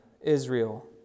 Israel